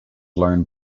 learn